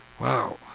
Wow